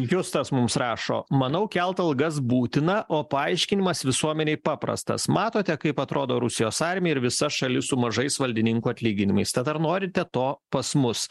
justas mums rašo manau kelt algas būtina o paaiškinimas visuomenei paprastas matote kaip atrodo rusijos armija ir visa šalis su mažais valdininkų atlyginimais tad ar norite to pas mus